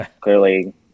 clearly